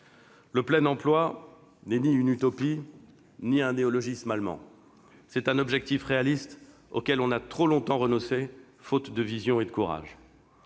Le plein-emploi n'est ni une utopie ni un néologisme allemand ; c'est un objectif réaliste auquel on a trop longtemps renoncé faute de vision et de courage.